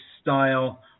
style